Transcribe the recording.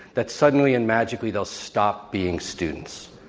that suddenly and magically they'll stop being students.